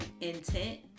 intent